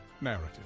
Narrative